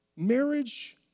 Marriage